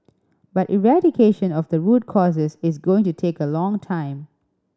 but eradication of the root causes is going to take a long time